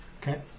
Okay